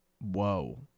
Whoa